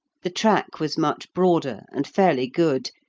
the track was much broader and fairly good,